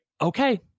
Okay